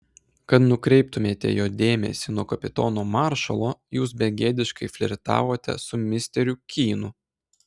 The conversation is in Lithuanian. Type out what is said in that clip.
kad nukreiptumėte jo dėmesį nuo kapitono maršalo jūs begėdiškai flirtavote su misteriu kynu